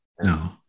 No